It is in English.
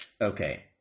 Okay